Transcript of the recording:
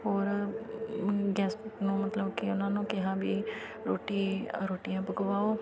ਹੋਰ ਗੈਸਟ ਮਤਲਬ ਕਿ ਉਹਨਾਂ ਨੂੰ ਕਿਹਾ ਵੀ ਰੋਟੀ ਅ ਰੋਟੀਆਂ ਪਕਵਾਓ